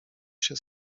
się